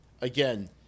again